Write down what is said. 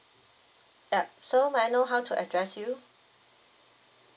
yup so may I know how to address you